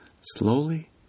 Slowly